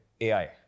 AI